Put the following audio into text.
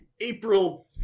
April